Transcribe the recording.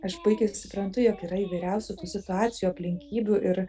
aš puikiai suprantu jog yra įvairiausių tų situacijų aplinkybių ir